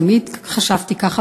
תמיד חשבתי ככה,